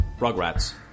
Rugrats